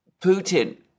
Putin